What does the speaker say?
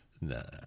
No